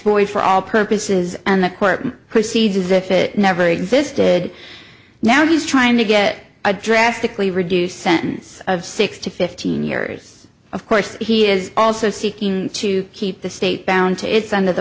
boy for all purposes and the court proceeds as if it never existed now he's trying to get a drastically reduced sentence of six to fifteen years of course he is also seeking to keep the state down to its end of the